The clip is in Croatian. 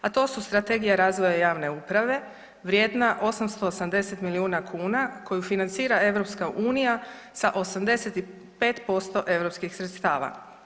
A to su Strategija razvoja javne uprave vrijedna 880 milijuna kuna koju financira EU sa 85% europskih sredstava.